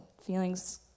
Feelings